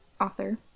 author